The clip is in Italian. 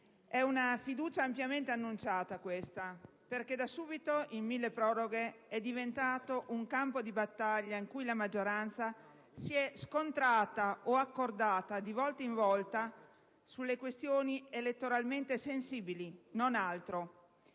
è una fiducia ampiamente annunciata, perché da subito il decreto milleproroghe è diventato un campo di battaglia in cui la maggioranza si è scontrata o accordata, di volta in volta, sulle questioni elettoralmente sensibili, e non altro.